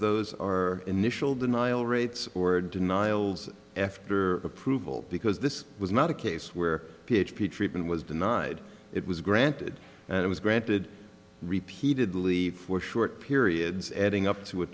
those are initial denial rates or denials after approval because this was not a case where p h p treatment was denied it was granted and it was granted repeatedly for short periods adding up to a